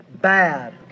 bad